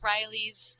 Riley's